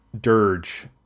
dirge